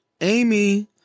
Amy